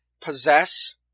possess